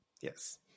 Yes